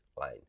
lane